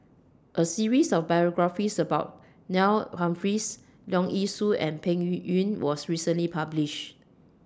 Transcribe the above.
A series of biographies about Neil Humphreys Leong Yee Soo and Peng Yuyun was recently published